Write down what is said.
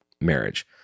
marriage